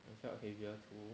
and felt heavier too